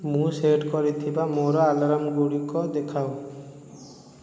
ମୁଁ ସେଟ୍ କରିଥିବା ମୋର ଆଲାର୍ମ୍ଗୁଡ଼ିକ ଦେଖାଅ